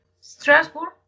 Strasbourg